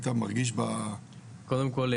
קודם כל,